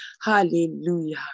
hallelujah